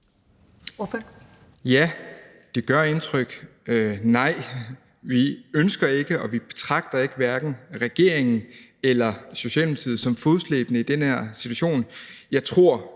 Ja, det gør indtryk. Nej, vi ønsker ikke at være og betragter hverken regeringen eller Socialdemokratiet som fodslæbende i den her situation.